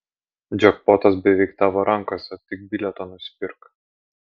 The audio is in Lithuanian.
džekpotas beveik tavo rankose tik bilietą nusipirk